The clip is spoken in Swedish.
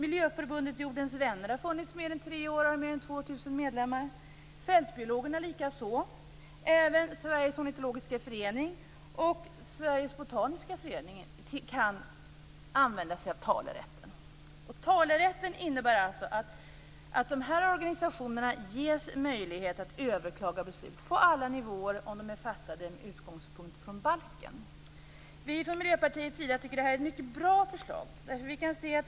Miljöförbundet jordens vänner har funnits i över tre år och har mer än 2 000 medlemmar, Fältbiologerna likaså. Även Sveriges ornitologiska förening och Sveriges botaniska förening kan använda sig av talerätten. Talerätten innebär alltså att dessa organisationer ges möjlighet att överklaga beslut på alla nivåer, om de är fattade med utgångspunkt från balken. Från Miljöpartiets sida tycker vi att det här är ett mycket bra förslag.